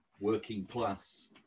working-class